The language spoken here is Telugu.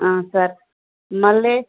సార్ మళ్ళీ